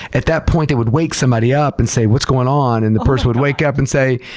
at that point they would wake somebody up and say, what's going on? and the person would wake up and say,